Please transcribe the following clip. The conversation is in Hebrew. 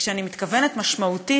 כשאני אומרת "משמעותית",